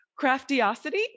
Craftiosity